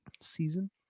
season